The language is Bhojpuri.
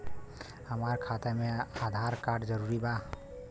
हमार खाता में आधार कार्ड जरूरी बा?